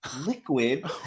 liquid